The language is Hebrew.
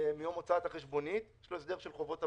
מיום הוצאת החשבונית, יש לו הסדר של חובות אבודים,